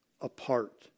apart